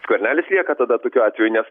skvernelis lieka tada tokiu atveju nes